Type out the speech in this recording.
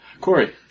Corey